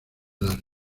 las